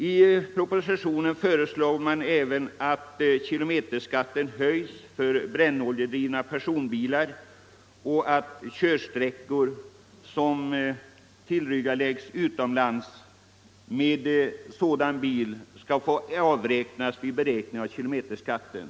I propositionen föreslås även att kilometerskatten höjs för brännoljedrivna personbilar och att körsträckor som tillryggaläggs utomlands med sådan bil skall få avräknas vid beräkningen av kilometerskatten.